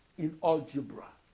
in algebra.